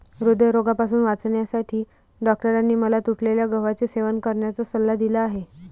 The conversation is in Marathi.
हृदयरोगापासून वाचण्यासाठी डॉक्टरांनी मला तुटलेल्या गव्हाचे सेवन करण्याचा सल्ला दिला आहे